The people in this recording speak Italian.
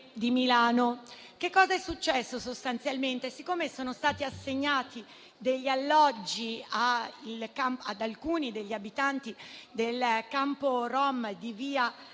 Che cosa è successo? Siccome sono stati assegnati degli alloggi ad alcuni degli abitanti del campo rom di via Bonfadini,